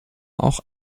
auch